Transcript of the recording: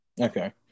Okay